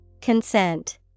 Consent